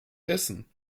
essen